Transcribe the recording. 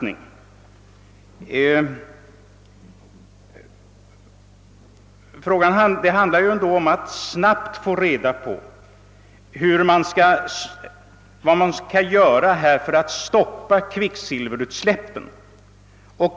Vad det gäller på detta område är att snabbt få reda på vad som skall göras för att stoppa kvicksilverutsläppen.